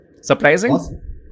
Surprising